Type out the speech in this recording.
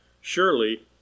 Surely